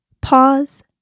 Pause